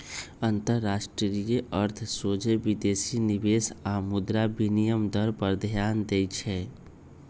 अंतरराष्ट्रीय अर्थ सोझे विदेशी निवेश आऽ मुद्रा विनिमय दर पर ध्यान देइ छै